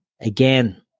Again